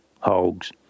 hogs